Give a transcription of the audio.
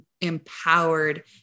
empowered